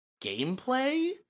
gameplay